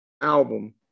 album